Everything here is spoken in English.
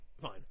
fine